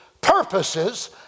purposes